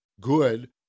good